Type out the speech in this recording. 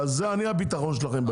ועל זה אני הביטחון שלכם בעניין.